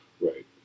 Right